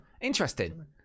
Interesting